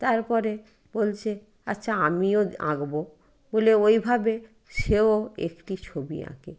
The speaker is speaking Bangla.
তারপরে বলছে আচ্ছা আমিও আঁকবো বলে ওইভাবে সেও একটি ছবি আঁকে